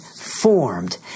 formed